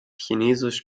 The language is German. chinesisch